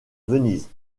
venise